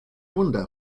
wunder